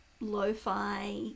lo-fi